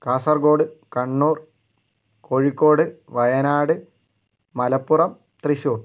Kasaragod Kannur Kozhikode Wayanad Malappuram Thrissur